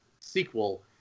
sequel